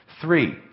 Three